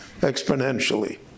exponentially